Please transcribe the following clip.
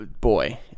boy